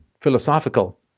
Philosophical